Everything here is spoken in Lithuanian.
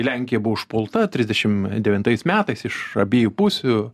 lenkija buvo užpulta trisdešimt devintais metais iš abiejų pusių